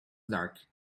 dark